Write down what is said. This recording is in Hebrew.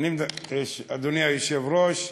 אדוני היושב-ראש,